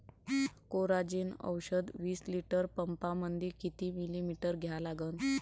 Coragen औषध विस litre पंपामंदी किती मिलीमिटर घ्या लागन?